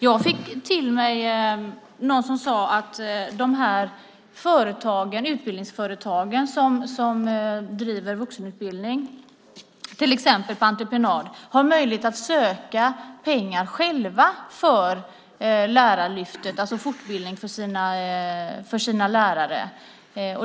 Någon sade till mig att de utbildningsföretag som driver vuxenutbildning - till exempel på entreprenad - har möjlighet att själva söka pengar för Lärarlyftet, alltså till fortbildning för sina lärare.